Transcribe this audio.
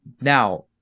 Now